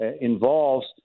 involves